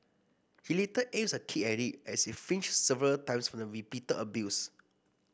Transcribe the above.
he later aims a kick at it as it flinches several times from the repeated abuse